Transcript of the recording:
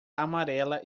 amarela